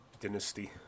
dynasty